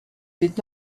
did